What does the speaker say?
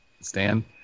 Stan